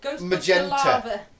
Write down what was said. Magenta